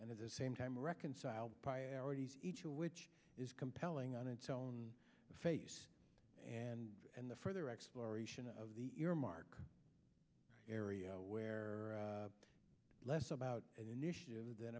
and at the same time reconcile priorities each of which is compelling on its own face and and the further exploration of the earmark area where less about an initiative than